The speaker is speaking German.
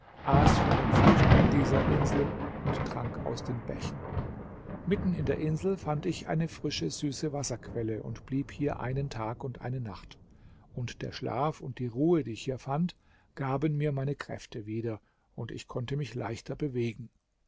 von früchten dieser insel und trank aus den bächen mitten in der insel fand ich eine frische süße wasserquelle und blieb hier einen tag und eine nacht und der schlaf und die ruhe die ich hier fand gaben mir meine kräfte wieder und ich konnte mich leichter bewegen